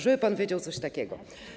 Żeby pan wiedział, coś takiego.